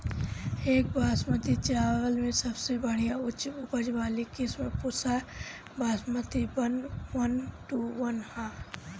एक बासमती चावल में सबसे बढ़िया उच्च उपज वाली किस्म Pusa Basmati one one two one ह?